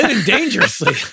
dangerously